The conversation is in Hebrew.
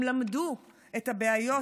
הם למדו את הבעיות,